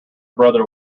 brother